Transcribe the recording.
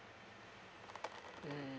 mm